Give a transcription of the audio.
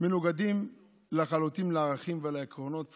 מנוגדות לחלוטין לערכים ולעקרונות